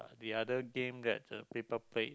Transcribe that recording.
the other game that uh people play